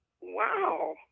Wow